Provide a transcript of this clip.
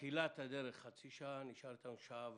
בתחילת הדרך חצי שעה, נשאר אתנו כמעט שעה וחצי.